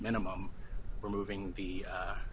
minimum removing the